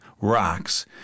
rocks